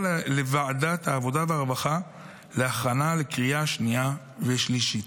לוועדת העבודה והרווחה להכנה לקריאה שנייה ושלישית.